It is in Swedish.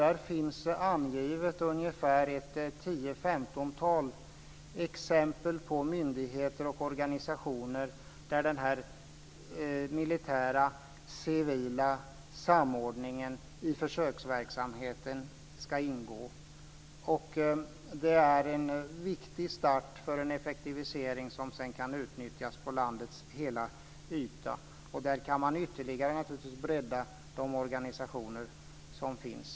Där finns angivna ungefär 10-15 exempel på myndigheter och organisationer där den militäracivila samordningen i försöksverksamheten ska ingå. Det är en viktig start för en effektivisering, som sedan kan utnyttjas på landets hela yta. Man kan naturligtvis också ytterligare bredda de organisationer som finns.